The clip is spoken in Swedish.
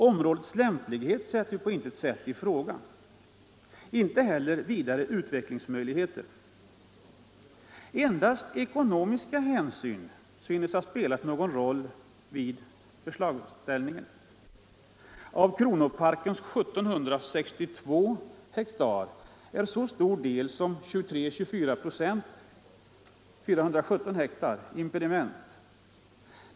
Områdets lämplighet sätts ju på intet sätt i fråga, inte heller vidareutvecklingsmöjligheter. Endast ekonomiska hänsyn synes ha spelat någon roll vid förslagsställningen. Av Kronoparkens 1 762 har är så stor del som 23-24 96 impediment.